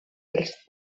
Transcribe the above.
els